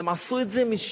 הם עשו את זה משעמום.